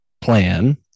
plan